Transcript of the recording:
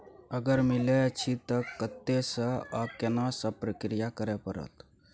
अगर मिलय अछि त कत्ते स आ केना सब प्रक्रिया करय परत?